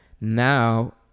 now